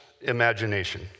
imagination